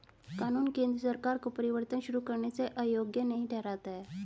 कानून केंद्र सरकार को कर परिवर्तन शुरू करने से अयोग्य नहीं ठहराता है